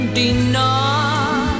deny